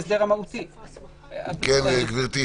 גברתי.